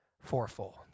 fourfold